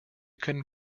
können